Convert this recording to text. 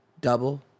Double